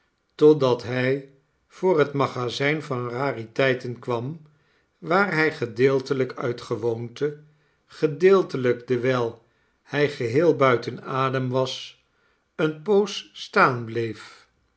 totdat hij voor het magazijn van rariteiten kwam waar hij gedeeltelijk uit gewoonte gedeeltelijk dewijl hij geheel buiten adem was eene poos staan bleef